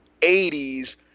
80s